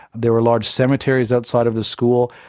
there were large cemeteries outside of the school.